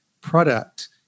product